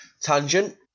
tangent